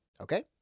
okay